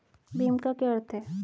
भीम का क्या अर्थ है?